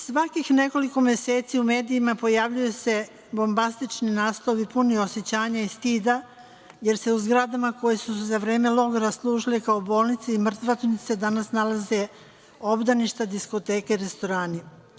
Svakih nekoliko meseci u medijima, pojavljuje se bombastični naslovi puni osećanja i stida, jer se u zgradama koje su za vreme logora služile kao bolnice i mrtvačnice, danas nalaze obdaništa, diskoteke, restorani.